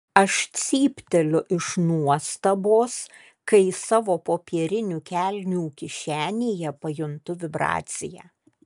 aš cypteliu iš nuostabos kai savo popierinių kelnių kišenėje pajuntu vibraciją